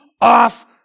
off